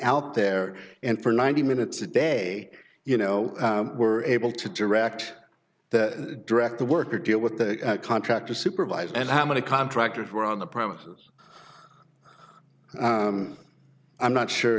out there and for ninety minutes a day you know were able to direct the direct to work or deal with the contractor supervised and how many contractors were on the premises i'm not sure